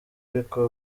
ariko